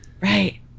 Right